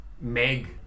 Meg